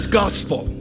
gospel